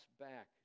back